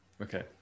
Okay